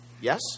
Yes